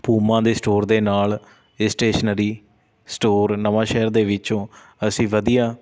Puma ਦੇ store ਦੇ ਨਾਲ ਇਹ ਸਟੇਸ਼ਨਰੀ ਸਟੋਰ ਨਵਾਂ ਸ਼ਹਿਰ ਦੇ ਵਿੱਚੋਂ ਅਸੀਂ ਵਧੀਆ